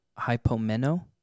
hypomeno